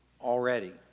already